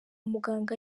muganga